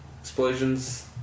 explosions